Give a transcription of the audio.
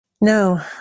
No